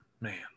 man